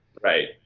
Right